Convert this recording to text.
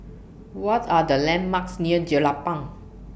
What Are The landmarks near Jelapang